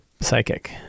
psychic